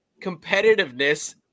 competitiveness